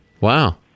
Wow